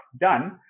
done